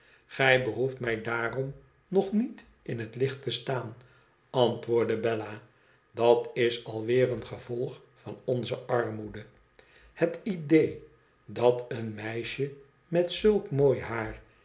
toij behoeft mij daarom nog niet in het licht te staan antwoordde ibella idat is alweer een gevolg van onze armoede het idéé dat een mdsje met zulk mooi haar